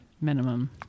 Minimum